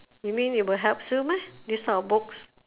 you mean it will helps you meh this type of books